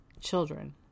children